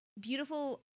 beautiful